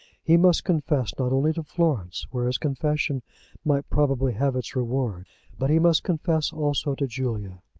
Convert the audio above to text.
he must confess not only to florence where his confession might probably have its reward but he must confess also to julia.